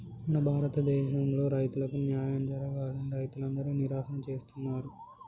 మన భారతదేసంలో రైతులకు న్యాయం జరగాలని రైతులందరు నిరసన చేస్తున్నరు